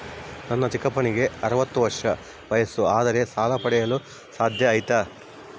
ನನ್ನ ಚಿಕ್ಕಪ್ಪನಿಗೆ ಅರವತ್ತು ವರ್ಷ ವಯಸ್ಸು ಆದರೆ ಸಾಲ ಪಡೆಯಲು ಸಾಧ್ಯ ಐತಾ?